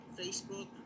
Facebook